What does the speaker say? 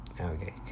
okay